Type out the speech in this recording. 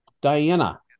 Diana